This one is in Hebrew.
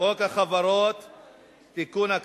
חוק החברות (תיקון,